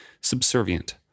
subservient